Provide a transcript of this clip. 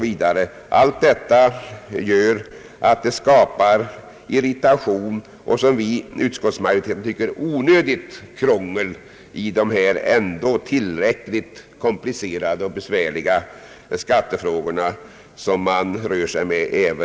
Vi tycker i utskottsmajoriteten att det skapas onödigt krångel i dessa ändå tillräckligt komplicerade och besvärliga skattefrågor.